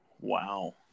Wow